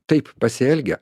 taip pasielgę